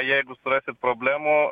jeigu surasit problemų